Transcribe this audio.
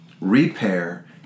repair